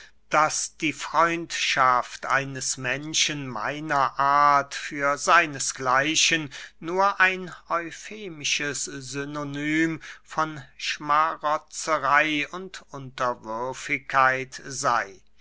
daß die freundschaft eines menschen meiner art für seinesgleichen nur ein eufemisches synonym von schmarotzerey und unterwürfigkeit sey